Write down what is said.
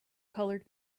colored